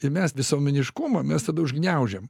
ir mes visuomeniškumą mes tada užgniaužiam